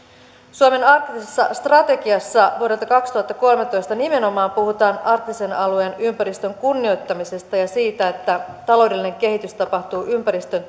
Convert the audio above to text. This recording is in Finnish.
suomen arktisessa strategiassa vuodelta kaksituhattakolmetoista nimenomaan puhutaan arktisen alueen ympäristön kunnioittamisesta ja siitä että taloudellinen kehitys tapahtuu ympäristön